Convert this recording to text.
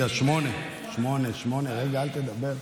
אל תדבר,